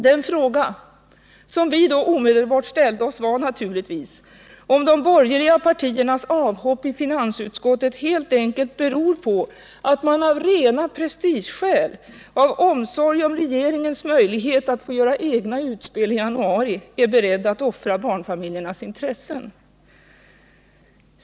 Den fråga som vi då omedelbart ställde oss var naturligtvis om de borgerliga partiernas avhopp i finansutskottet helt enkelt beror på att man av rena prestigeskäl, av omsorg om regeringens möjlighet att göra egna utspel i januari, är beredd att offra barnfamiljernas intressen.